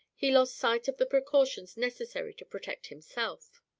he lost sight of the precautions necessary to protect himself,